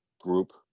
group